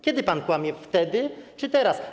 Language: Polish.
Kiedy pan kłamie - wtedy czy teraz?